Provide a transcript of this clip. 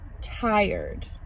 tired